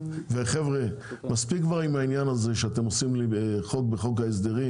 חבר'ה מספיק כבר עם העניין הזה שאתם עושים לי בחוק ההסדרים